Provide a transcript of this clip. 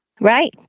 Right